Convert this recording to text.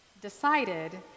decided